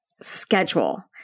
schedule